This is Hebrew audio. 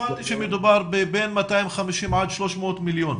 הבנתי שמדובר בכ-250-300 מיליון.